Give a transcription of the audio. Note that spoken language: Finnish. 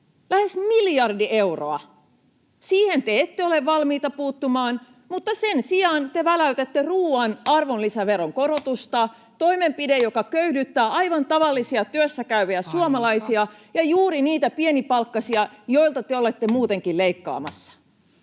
lähes miljardi euroa. Siihen te ette ole valmiita puuttumaan, mutta sen sijaan te väläytätte ruuan arvonlisäveron korotusta, toimenpide, joka köyhdyttää aivan tavallisia työssäkäyviä suomalaisia [Puhemies: Aika!] ja juuri niitä pienipalkkaisia, joilta te olette muutenkin leikkaamassa.